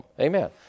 Amen